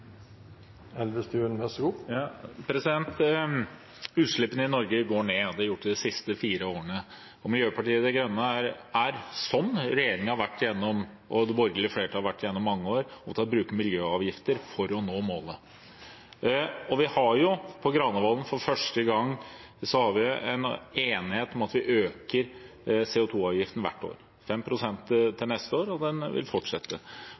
Utslippene i Norge går ned. Det har de gjort de siste fire årene. Miljøpartiet De Grønne har, som regjeringen og det borgerlige flertallet, i mange år vært for å bruke miljøavgifter for å nå målet. I Granavolden-plattformen har vi for første gang en enighet om å øke CO 2 -avgiften hvert år, 5 pst. til neste år, og det vil fortsette.